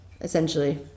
essentially